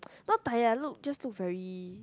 not tired lah look just look very